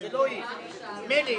הישיבה ננעלה